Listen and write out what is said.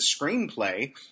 screenplay